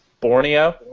Borneo